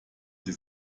sie